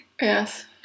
Yes